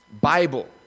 Bible